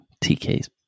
TK's